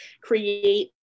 create